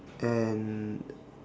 and